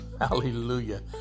Hallelujah